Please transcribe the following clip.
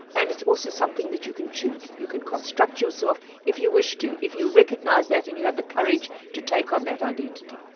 and it's also something that you can choose. you can construct yourself if you wish to, if you recognise that and you have the courage to take on that identity.